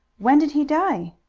when did he die?